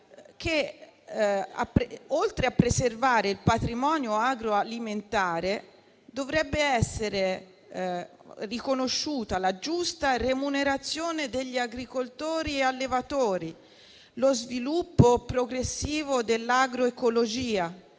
che, oltre a preservare il patrimonio agroalimentare, dovrebbero essere riconosciuti «la giusta remunerazione degli agricoltori e allevatori, lo sviluppo progressivo dell'agroecologia,